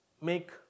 make